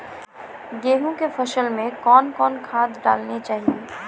गेहूँ के फसल मे कौन कौन खाद डालने चाहिए?